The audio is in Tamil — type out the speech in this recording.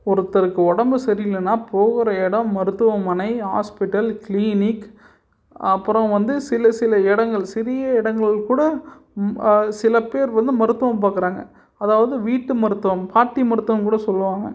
ஒருத்தருக்கு உடம்பு சரி இல்லைன்னா போகிற இடம் மருத்துவமனை ஹாஸ்ப்பிட்டல் கிளீனிக் அப்புறம் வந்து சில சில இடங்கள் சிறிய இடங்கள் கூட சில பேர் வந்து மருத்துவம் பார்க்குறாங்க அதாவது வீட்டு மருத்துவம் பாட்டி மருத்துவம் கூட சொல்லுவாங்க